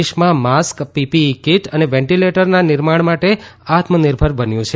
દેશ mask PPE kit અને વેન્ટીલેટરના નિર્માણ માટે આત્મનિર્ભર બન્યું છે